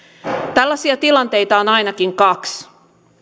tällaisia tilanteita on ainakin kaksi